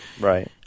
Right